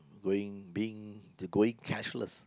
going being going cashless